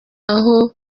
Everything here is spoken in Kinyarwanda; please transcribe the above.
aho